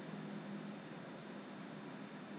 没有 leh actually I still have a five dollars voucher from them